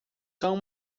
cão